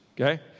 okay